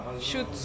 shoot